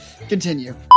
Continue